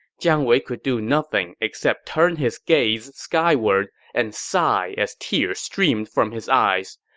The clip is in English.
jiang wei could do nothing except turn his gaze skyward and sigh as tears streamed from his eyes.